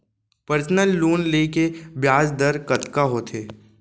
Personal loan ले के ब्याज दर कतका होथे?